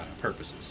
purposes